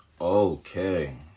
Okay